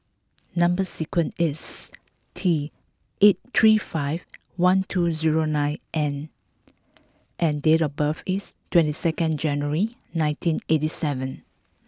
number sequence is T eight three five one two zero nine N and date of birth is two second January nineteen eighty seven